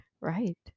Right